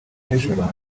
nijoro